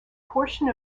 portion